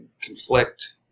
conflict